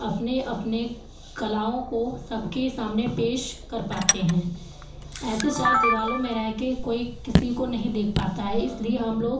अपने अपने कलाओं को सबके सामने पेश कर पाते हैं ऐसे चार दीवालों में रह के कोई किसी को नहीं देख पाता है इसलिए हम लोग